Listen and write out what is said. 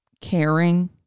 caring